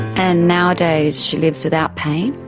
and nowadays she lives without pain?